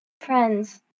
friends